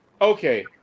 Okay